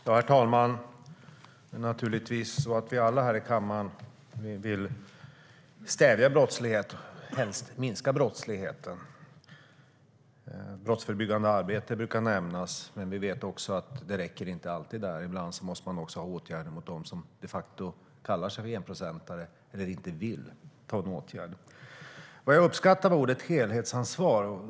Herr talman! Det är naturligtvis så att vi alla här i kammaren vill stävja brottslighet och helst minska brottsligheten. Brottsförebyggande arbete brukar nämnas, men vi vet att det inte alltid räcker. Ibland måste man också ha åtgärder mot dem som de facto kallar sig för enprocentare eller som inte vill ha en åtgärd. Jag uppskattar ordet helhetsansvar.